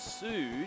sued